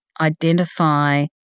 identify